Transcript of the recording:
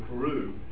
Peru